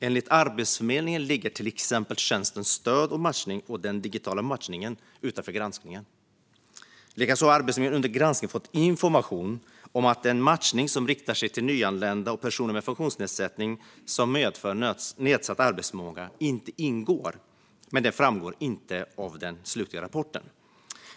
Enligt Arbetsförmedlingen ligger till exempel tjänsten stöd och matchning och den digitala matchningen utanför granskningen. Likaså har Arbetsförmedlingen under granskningen fått information om att den matchning som riktar sig till nyanlända och personer med funktionsnedsättning som medför nedsatt arbetsförmåga inte ingår, men det framgår inte av den slutliga rapporten.